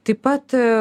taip pat